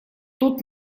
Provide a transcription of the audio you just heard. тут